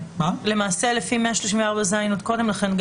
למעשה לפי 134ז זה עוד קודם לכן.